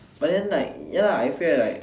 but then like ya I fear like